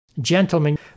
gentlemen